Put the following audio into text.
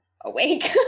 awake